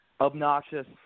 obnoxious